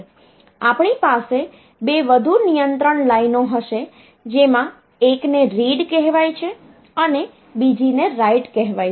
આપણી પાસે 2 વધુ નિયંત્રણ લાઈનો હશે જેમાં એક ને રીડ કહેવાય છે અને બીજીને રાઈટ કહેવાય છે